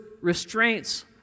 restraints